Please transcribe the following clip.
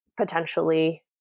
potentially